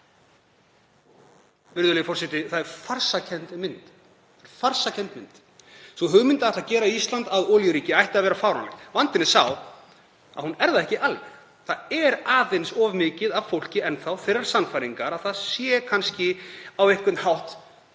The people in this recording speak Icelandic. Það er farsakennd mynd. Sú hugmynd að ætla að gera Ísland að olíuríki ætti að vera fáránleg. Vandinn er sá að hún er það ekki alveg. Það er aðeins of margt fólk enn þeirrar sannfæringar að það sé kannski á einhvern hátt